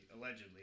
allegedly